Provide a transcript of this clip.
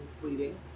fleeting